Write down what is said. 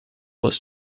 was